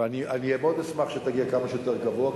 ואני מאוד אשמח שתגיע כמה שיותר גבוה,